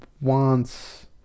wants